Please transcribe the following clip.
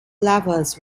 lovers